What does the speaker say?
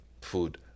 food